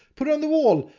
put it on the wall,